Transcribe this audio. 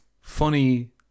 funny